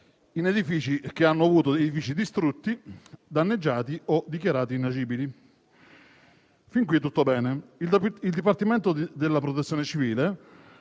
ai residenti che abbiano avuto edifici distrutti, danneggiati o dichiarati inagibili. Fin qui tutto bene. Il dipartimento della Protezione civile